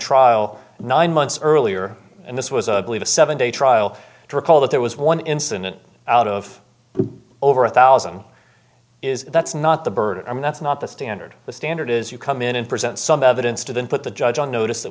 trial nine months earlier and this was a believe a seven day trial to recall that there was one incident out of over one thousand is that's not the burden i mean that's not the standard the standard is you come in and present some evidence to then put the judge on notice that